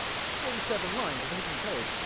that's forty seven lines of hidden code.